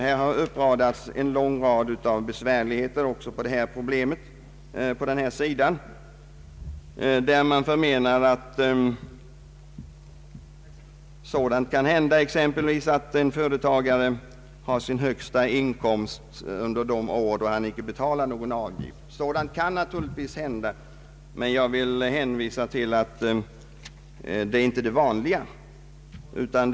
Här framhålls en rad besvärligheter också när det gäller denna sida av saken. Man menar att exempelvis sådant kan hända, att en företagare har sin högsta inkomst under de år han inte skall betala någon avgift. Sådant kan naturligtvis hända, men jag vill påstå att det inte hör till det normala.